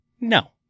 no